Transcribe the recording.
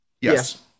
yes